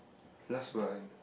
because when